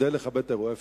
כדי לכבד את האירוע.